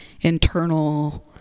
internal